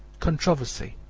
controversy,